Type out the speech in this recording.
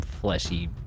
fleshy